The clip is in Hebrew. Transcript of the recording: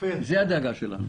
זה הדאגה שלנו.